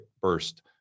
burst